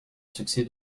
succès